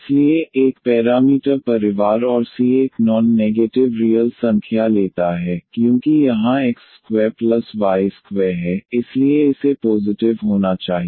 इसलिए एक पैरामीटर परिवार और सी एक नॉन नेगेटिव रियल संख्या लेता है क्योंकि यहां x2y2 है इसलिए इसे पोज़िटिव होना चाहिए